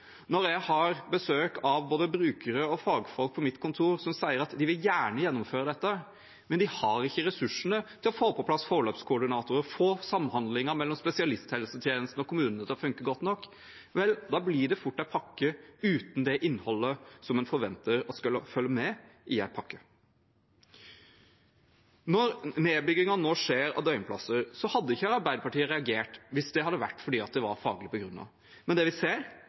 Når jeg har besøk av både brukere og fagfolk på mitt kontor som sier at de gjerne vil gjennomføre dette, men at de ikke har ressursene til å få på plass forløpskoordinatorer og få samhandlingen mellom spesialisthelsetjenesten og kommunen til å funke godt nok, blir det fort en pakke uten det innholdet som en forventer skal følge med i en pakke. Når det nå skjer nedbygging av døgnplasser, hadde ikke Arbeiderpartiet reagert hvis det hadde vært fordi det var faglig begrunnet. Men det vi ser,